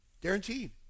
Guaranteed